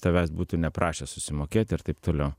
tavęs būtų neprašę susimokėti ir taip toliau